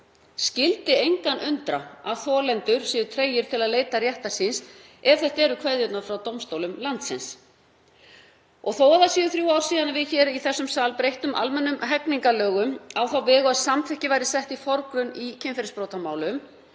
Skyldi engan undra að þolendur séu tregir til að leita réttar síns ef þetta eru kveðjurnar frá dómstólum landsins. Þó að þrjú ár séu síðan við hér í þessum sal breyttum almennum hegningarlögum á þá vegu að samþykki væri sett í forgrunn í kynferðisbrotamálum